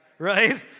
right